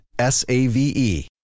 S-A-V-E